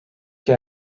que